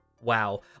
wow